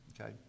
okay